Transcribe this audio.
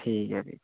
ठीक ऐ फ्ही